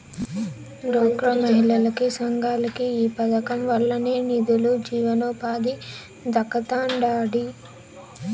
డ్వాక్రా మహిళలకి, సంఘాలకి ఈ పదకం వల్లనే నిదులు, జీవనోపాధి దక్కతండాడి